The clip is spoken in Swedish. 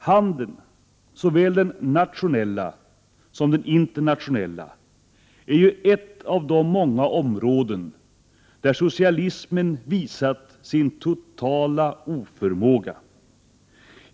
Handeln, såväl den nationella som den internationella, är ju ett av de många områden, där socialismen visat sin totala oförmåga!